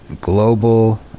global